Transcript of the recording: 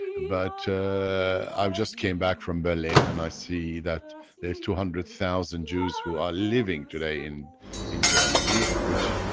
but i just came back from berlin, and i see that there's two hundred thousand jews who are living today in in germany, of which